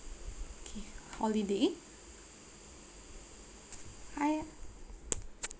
okay holiday hi